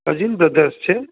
cousin brothers છે